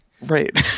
Right